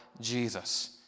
Jesus